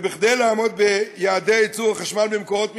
כד לעמוד ביעדי ייצור החשמל ממקורות מתחדשים,